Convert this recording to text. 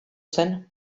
zen